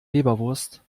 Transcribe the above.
leberwurst